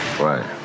Right